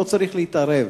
אנו לא צריכים להתערב.